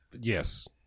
Yes